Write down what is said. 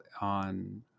on